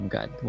God